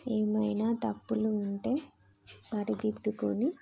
ఏమైనా తప్పులు ఉంటే సరిదిద్దుకుని